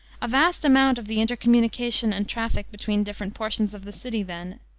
a vast amount of the intercommunication and traffic between different portions of the city then,